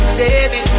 baby